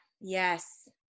yes